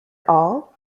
all